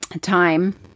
time